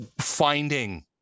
finding